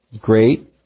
great